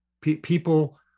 People